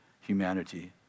humanity